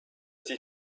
die